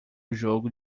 jogo